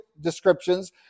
descriptions